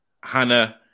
Hannah